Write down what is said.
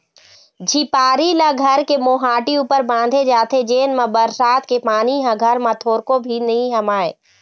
झिपारी ल घर के मोहाटी ऊपर बांधे जाथे जेन मा बरसात के पानी ह घर म थोरको नी हमाय